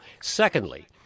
Secondly